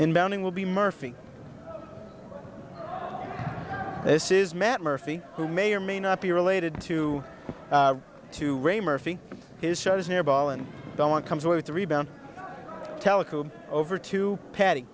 mounting will be murphy this is matt murphy who may or may not be related to to ray murphy his shows near ball and don't comes with the rebound teleco over to patty